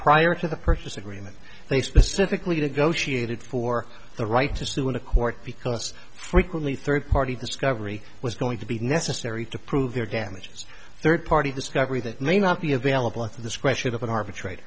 prior to the purchase agreement they specifically to go she waited for the right to sue in a court because frequently third party discovery was going to be necessary to prove their damages third party discovery that may not be available at the discretion of an arbitra